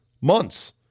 months